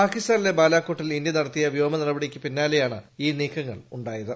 പാകിസ്ഥാനിലെ ബാലാകോട്ടിൽ ഇന്ത്യ നടത്തിയ വ്യോമ നടപടിക്കു പിന്നാലെയായിരുന്നു ഈ നീക്കങ്ങൾ ഉണ്ടായത്